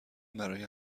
برای